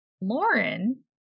lauren